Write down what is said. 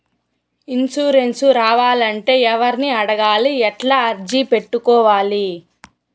Insurance రావాలంటే ఎవర్ని అడగాలి? ఎట్లా అర్జీ పెట్టుకోవాలి?